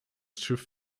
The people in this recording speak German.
schiff